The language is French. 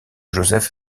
joseph